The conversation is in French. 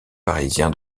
parisien